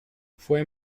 fue